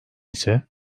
ise